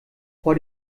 vor